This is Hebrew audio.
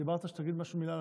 אמרת שתגיד משהו בעניין הקרדיט.